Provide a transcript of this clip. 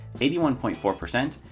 81.4%